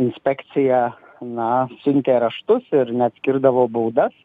inspekcija na siuntė raštus ir net skirdavo baudas